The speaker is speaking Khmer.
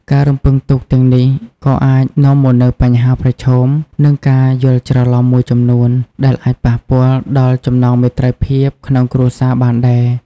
ការរំពឹងទុកទាំងនេះក៏អាចនាំមកនូវ បញ្ហាប្រឈម និង ការយល់ច្រឡំ មួយចំនួន ដែលអាចប៉ះពាល់ដល់ចំណងមេត្រីភាពក្នុងគ្រួសារបានដែរ។